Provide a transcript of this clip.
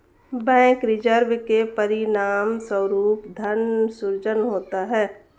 bank reserve के परिणामस्वरूप धन सृजन होता है